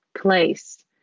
place